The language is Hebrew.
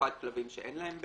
במיוחד כלבים שאין להם בעלים.